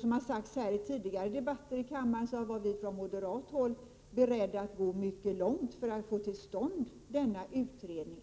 Som sagts i tidigare debatter här i kammaren var vi från moderat håll beredda att gå mycket långt för att äntligen få till stånd denna utredning.